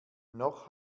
noch